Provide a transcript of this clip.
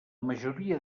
majoria